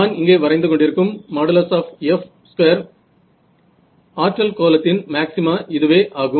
நான் இங்கே வரைந்து கொண்டிருக்கும் |F|2 ஆற்றல் கோலத்தின் மேக்ஸிமா இதுவே ஆகும்